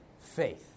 faith